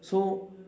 so